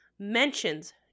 mentions